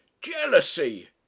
Jealousy